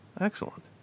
excellent